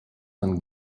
and